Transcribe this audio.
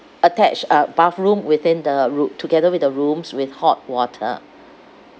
attached uh bathroom within the roo~ together with the rooms with hot water